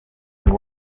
and